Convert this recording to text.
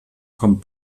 kommt